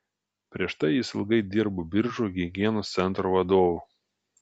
prieš tai jis ilgai dirbo biržų higienos centro vadovu